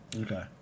Okay